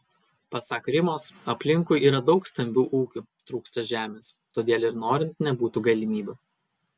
pasak rimos aplinkui yra daug stambių ūkių trūksta žemės todėl ir norint nebūtų galimybių